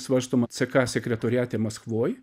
svarstoma ck sekretoriate maskvoj